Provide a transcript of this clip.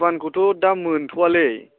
फुवानखौथ' दा मोनथ'वालै